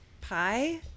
pie